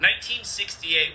1968